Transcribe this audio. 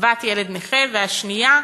לקצבת ילד נכה, והשנייה,